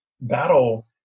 battle